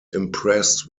impressed